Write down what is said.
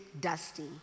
dusty